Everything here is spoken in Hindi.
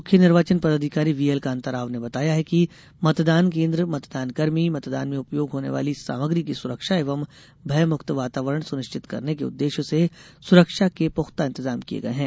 मुख्य निर्वाचन पदाधिकारी व्हीएल कान्ता राव ने बताया है कि मतदान केन्द्र मतदान कर्मी मतदान में उपयोग होने वाली सामग्री की सुरक्षा एवं भयमुक्त वातावरण सुनिश्चित करने के उद्देश्य से सुरक्षा के पुख्ता इंतजाम किये गये हैं